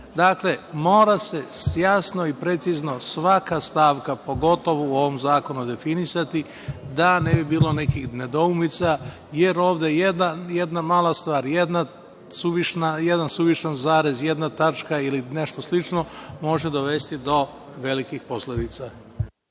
toga. Dakle, mora se jasno i precizno svaka stavka, pogotovo u ovom zakonu, definisati, da ne bi bilo nekih nedoumica, jer ovde jedna mala stvar, jedan suvišan zarez, jedna tačka, ili nešto slično, može dovesti do velikih posledica.